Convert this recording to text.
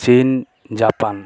চীন জাপান